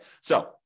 So-